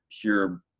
pure